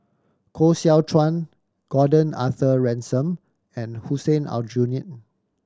Koh Seow Chuan Gordon Arthur Ransome and Hussein Aljunied